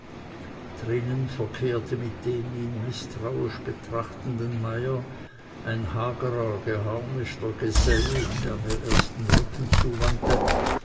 drinnen verkehrte mit dem ihn mißtrauisch betrachtenden meier ein hagerer geharnischter gesell der mir erst den rücken